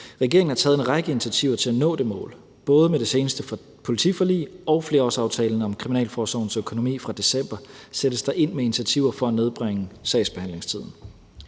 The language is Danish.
Regeringen har taget en række initiativer til at nå det mål. Både med det seneste politiforlig og flerårsaftalen om kriminalforsorgens økonomi fra december sættes der ind med initiativer for at nedbringe sagsbehandlingstiden.